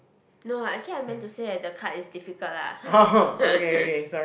no lah actually I meant to say that the card is difficult lah